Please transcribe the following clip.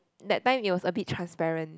that time it was a bit transparent